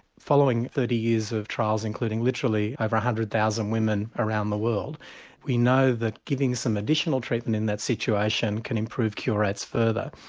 following thirty years of trials including literally over one hundred thousand women around the world we know that giving some additional treatment in that situation can improve cure rates further.